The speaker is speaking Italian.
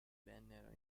vennero